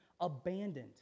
abandoned